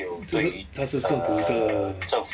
就是他是政府的